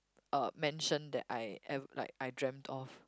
uh mansion that I ev~ like I dreamt of